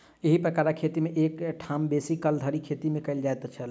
एही प्रकारक खेती मे एक ठाम बेसी काल धरि खेती नै कयल जाइत छल